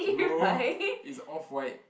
no it's off-white